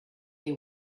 they